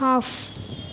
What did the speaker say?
off